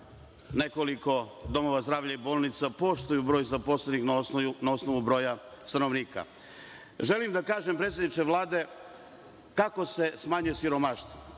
nekoliko domova zdravlja i bolnica poštuju broj zaposlenih na osnovu broja stanovnika? Želim da kažem, predsedniče Vlade, kako se smanjuje siromaštvo?